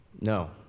No